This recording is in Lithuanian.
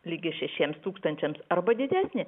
lygi šešiems tūkstančiams arba didesnė